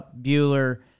Bueller